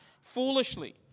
foolishly